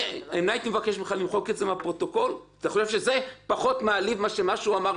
אתה חושב שזה פחות מעליב ממה שהוא אמר לך,